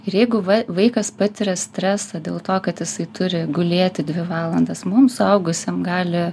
ir jeigu vai vaikas patiria stresą dėl to kad jisai turi gulėti dvi valandas mum suaugusiem gali